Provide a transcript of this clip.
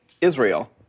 Israel